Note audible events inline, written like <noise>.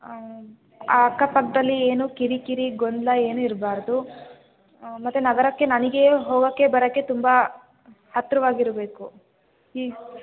ಅಕ್ಕಪಕ್ಕದಲ್ಲಿ ಏನೂ ಕಿರಿಕಿರಿ ಗೊಂದಲ ಏನೂ ಇರಬಾರ್ದು ಮತ್ತು ನಗರಕ್ಕೆ ನನಗೇ ಹೋಗೋಕ್ಕೆ ಬರೋಕ್ಕೆ ತುಂಬ ಹತ್ತಿರವಾಗಿರ್ಬೇಕು <unintelligible>